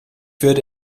würde